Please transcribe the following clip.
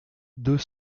deux